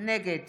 נגד